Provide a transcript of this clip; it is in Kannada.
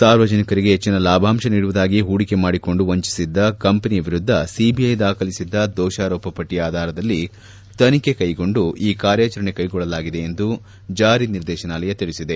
ಸಾರ್ವಜನಿಕರಿಗೆ ಹೆಚ್ಚನ ಲಾಭಾಂಶ ನೀಡುವುದಾಗಿ ಹೂಡಿಕೆ ಮಾಡಿಕೊಂಡು ವಂಚಿಸಿದ ಕಂಪನಿಯ ವಿರುದ್ಧ ಸಿಬಿಐ ದಾಖಲಿಸಿದ್ದ ದೋಷಾರೋಪ ಪಟ್ಟಿಯ ಆಧಾರದಲ್ಲಿ ತನಿಖೆ ಕೈಗೊಂಡು ಈ ಕಾರ್ಯಾಚರಣೆ ಕೈಗೊಳ್ಳಲಾಗಿದೆ ಎಂದು ಜಾರಿ ನಿರ್ದೇಶನಾಲಯ ತಿಳಿಸಿದೆ